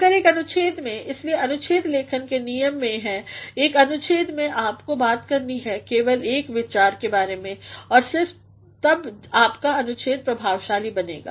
मगर एक अनुच्छेद में इसलिए अनुच्छेद लेखन के नियम हैं कि एक अनुच्छेद में आपको बात करनी है केवल एक विचार के बारे में और सिर्फ तब आपका अनुच्छेद प्रभावशाली बनेगा